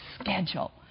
schedule